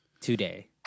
today